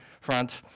front